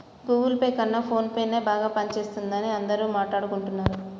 Google Pay కన్నా ఫోన్పేనే బాగా పనిజేత్తందని అందరూ మాట్టాడుకుంటన్నరు